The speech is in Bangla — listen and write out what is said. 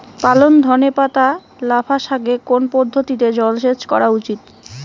পালং ধনে পাতা লাফা শাকে কোন পদ্ধতিতে জল সেচ করা উচিৎ?